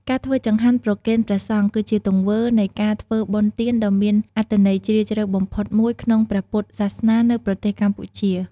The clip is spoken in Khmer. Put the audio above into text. ការធ្វើចង្ហាន់ប្រគេនព្រះសង្ឃ គឺជាទង្វើនៃការធ្វើបុណ្យទានដ៏មានអត្ថន័យជ្រាលជ្រៅបំផុតមួយក្នុងព្រះពុទ្ធសាសនានៅប្រទេសកម្ពុជា។